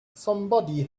somebody